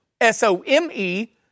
S-O-M-E